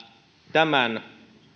tämän